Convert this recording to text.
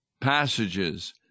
passages